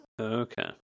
okay